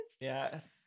Yes